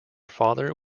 father